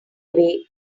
away